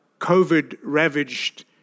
COVID-ravaged